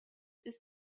ist